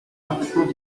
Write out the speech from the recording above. parfaitement